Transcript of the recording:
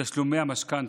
בתשלומי המשכנתה.